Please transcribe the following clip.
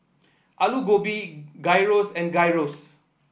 Alu Gobi Gyros and Gyros